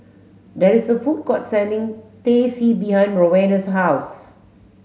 there is a food court selling Teh C behind Rowena's house